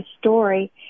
story